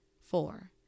Four